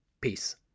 Peace